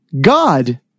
God